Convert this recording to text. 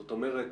זאת אומרת,